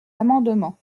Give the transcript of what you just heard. amendement